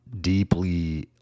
deeply